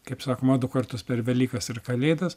kaip sakoma du kartus per velykas ir kalėdas